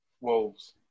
Wolves